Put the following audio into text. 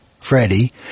Freddie